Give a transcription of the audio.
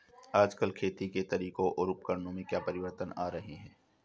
आजकल खेती के तरीकों और उपकरणों में क्या परिवर्तन आ रहें हैं?